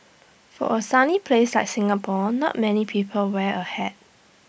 for A sunny place like Singapore not many people wear A hat